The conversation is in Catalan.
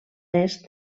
est